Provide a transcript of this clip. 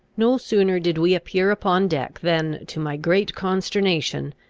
no sooner did we appear upon deck than, to my great consternation,